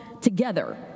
together